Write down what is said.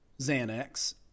Xanax